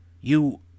You